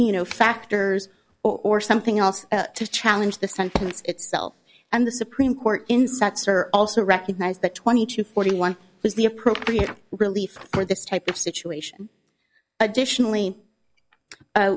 you know factors or something else to challenge the sentence itself and the supreme court inserts are also recognized that twenty to forty one was the appropriate relief for this type of situation additionally